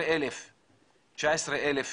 19,000 יהודים,